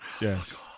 Yes